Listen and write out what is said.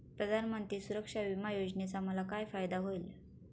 प्रधानमंत्री सुरक्षा विमा योजनेचा मला काय फायदा होईल?